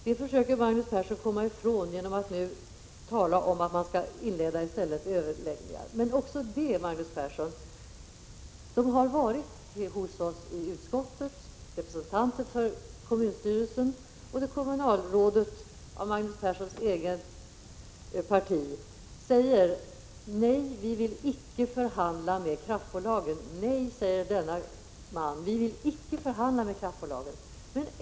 Detta försöker Magnus Persson komma ifrån genom att säga att man skall inleda överläggningar. Men, Magnus Persson, representanter för kommunstyrelsen har ju varit hos oss i utskottet, och kommunalrådet från Magnus Perssons eget parti säger: Nej, vi vill icke förhandla med kraftbolagen.